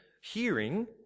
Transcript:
hearing